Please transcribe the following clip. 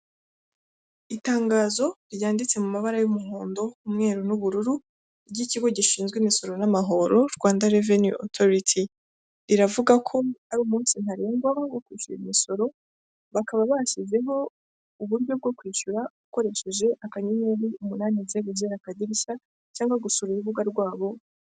Itangazo ryanditse mu mabara y'umuhondo, umweru n'ubururu ry'ikigo gishinzwe imisoro n'amahoro Rwanda reveni otoriti, riravuga ko ari umunsi ntarengwa wo kwishyura umusoro, bakaba bashyizeho uburyo bwo kwishyura ukoresheje akanyenyeri umunani zeru zeru akadirishya cyangwa gusura urubuga rwabo.